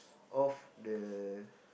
of the